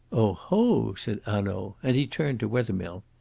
oho! said hanaud, and he turned to wethermill.